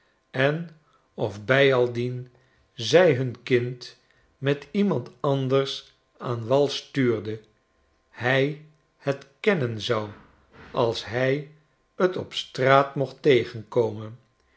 en of bijaldien zij hun kind met iemand anders aan wal stuurde hij het kennen zou als hij t op straat mocht tegenkomen